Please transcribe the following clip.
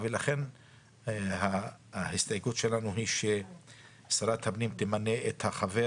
ולכן ההסתייגות שלנו היא ששרת הפנים תמנה את החבר